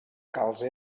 calze